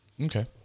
Okay